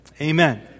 Amen